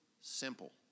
simple